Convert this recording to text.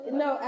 no